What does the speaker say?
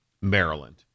Maryland